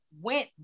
went